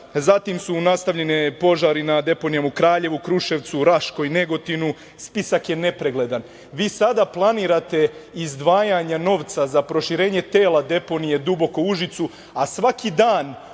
zatim su nastavljeni požari na deponijama u Kraljevu, Kruševcu, Raškoj, Negotinu, spisak je nepregledan. Vi sada planirate izdvajanje novca za proširenje tela deponije Duboko u Užicu, a svaki dan